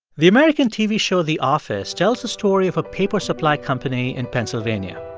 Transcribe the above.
the american tv show the office tells the story of a paper supply company in pennsylvania